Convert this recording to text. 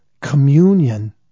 communion